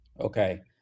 Okay